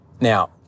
Now